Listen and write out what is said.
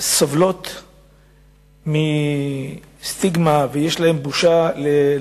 סובלות מסטיגמה ומבושה